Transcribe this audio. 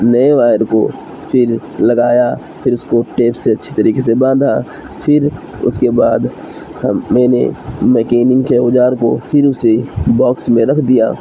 نئے وائر کو پھر لگایا پھر اس کو ٹیپ سے اچھی طریقے سے باندھا پھر اس کے بعد ہم میں نے مکیننک کے اوزار کو پھر اسی باکس میں رکھ دیا